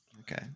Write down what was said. Okay